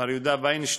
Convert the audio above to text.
מר יהודה וינשטיין,